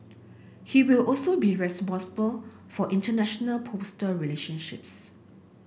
he will also be responsible for international postal relationships